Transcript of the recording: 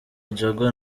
jaguar